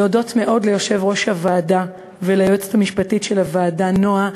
להודות מאוד ליושב-ראש הוועדה וליועצת המשפטית של הוועדה נועה,